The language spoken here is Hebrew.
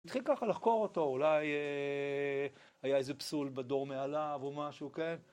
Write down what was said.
התחיל ככה לחקור אותו, אולי היה איזה פסול בדור מעליו או משהו, כן?